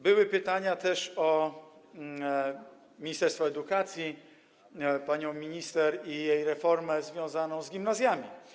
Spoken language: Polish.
Były też pytania o ministerstwo edukacji, panią minister i jej reformę związaną z gimnazjami.